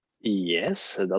Yes